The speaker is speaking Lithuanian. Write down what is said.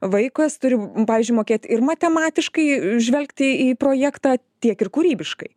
vaikas turi pavyzdžiui mokėt ir matematiškai žvelgti į projektą tiek ir kūrybiškai